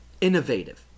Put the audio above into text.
innovative